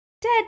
dead